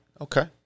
Okay